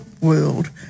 world